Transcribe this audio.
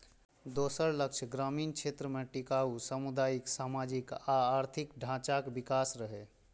दोसर लक्ष्य ग्रामीण क्षेत्र मे टिकाउ सामुदायिक, सामाजिक आ आर्थिक ढांचाक विकास रहै